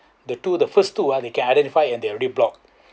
the two the first two ah they can identify and they already blocked